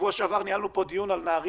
בשבוע שעבר ניהלנו פה דיון על נהריה.